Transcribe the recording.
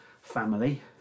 family